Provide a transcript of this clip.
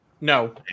No